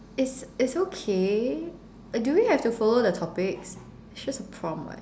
it's it's okay uh do we have to follow the topics it's just a prompt [what]